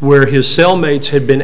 where his cell mates had been